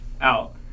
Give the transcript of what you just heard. out